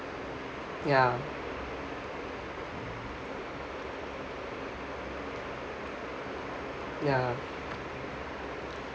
ya